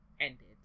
ended